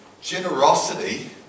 generosity